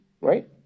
right